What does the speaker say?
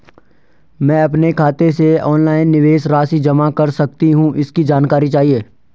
मैं अपने खाते से ऑनलाइन निवेश राशि जमा कर सकती हूँ इसकी जानकारी चाहिए?